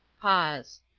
pause.